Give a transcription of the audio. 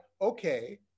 okay